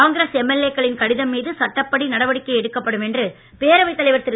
Congress MLA க்களின் கடிதம் மீது சட்டப்படி நடவடிக்கை எடுக்கப்படும் என்று பேரவைத் தலைவர் திரு